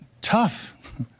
Tough